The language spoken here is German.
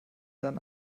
dann